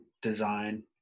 design